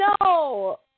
No